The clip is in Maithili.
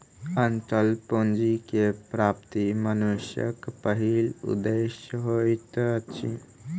अचल पूंजी के प्राप्ति मनुष्यक पहिल उदेश्य होइत अछि